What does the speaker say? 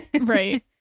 right